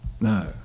No